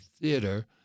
Theater